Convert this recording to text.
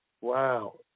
Wow